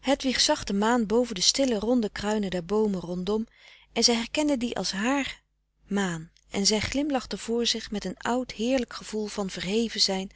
hedwig zag de maan boven de stille ronde kruinen der boomen rondom en zij herkende die als hààr maan en zij frederik van eeden van de koele meren des doods glimlachte voor zich met een oud heerlijk gevoel van verheven zijn